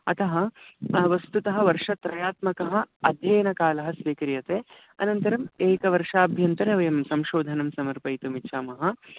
अतः वस्तुतः वर्षत्रयात्मकः अध्ययनकालः स्वीक्रियते अनन्तरम् एकवर्षाभ्यन्तरे वयं संशोधनं समर्पयितुमिच्छामः